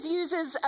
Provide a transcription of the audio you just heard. uses